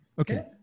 okay